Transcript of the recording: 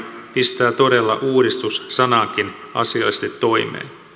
pistää todella uudistus sanankin asiallisesti toimeen